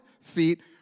feet